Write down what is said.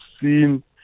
seen